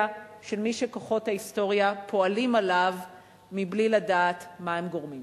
של מי שכוחות ההיסטוריה פועלים עליו מבלי לדעת מה הם גורמים.